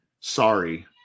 Sorry